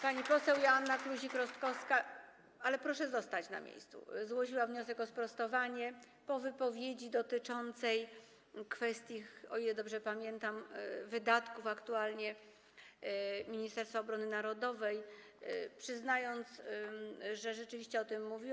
Pani poseł Joanna Kluzik-Rostkowska - ale proszę zostać na miejscu - złożyła wniosek o sprostowanie po wypowiedzi dotyczącej kwestii, o ile dobrze pamiętam, aktualnych wydatków Ministerstwa Obrony Narodowej, przyznając, że rzeczywiście o tym mówiła.